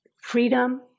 Freedom